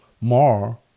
more